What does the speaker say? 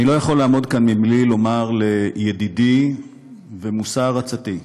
אני לא יכול לעמוד כאן בלי לומר לידידי ומושא הערצתי,